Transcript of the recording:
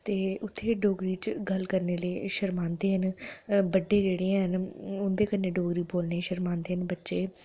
ते उत्थै डोगरी च गल्ल करने गी शर्मांदे न बड़े जेह्ड़े हैन उं'दे कन्नै डोगरी बोलने गी शर्मांदे न बच्चे